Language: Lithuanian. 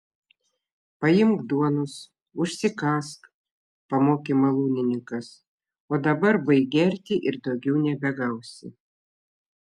paimk duonos užsikąsk pamokė malūnininkas o dabar baik gerti ir daugiau nebegausi